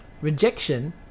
Rejection